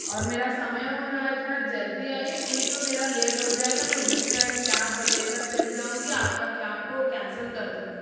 और मेरा समय हो रहा है थोड़ा जल्दी आइए नहीं तो मेरा लेट हो जाएगा मैं दूसरा कैब ले कर चली जाऊँगी आप के कैब को कैंसल कर दूँगी